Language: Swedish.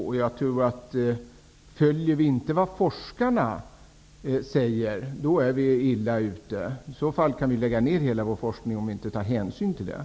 Om vi inte följer det som forskarna säger är vi nog illa ute. Tar vi inte hänsyn därtill, kan vi alltså lägga ner allt forskningsarbete.